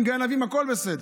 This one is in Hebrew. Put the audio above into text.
"גנבים" הכול בסדר.